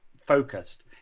focused